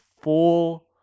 full